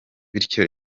bityo